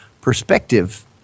perspective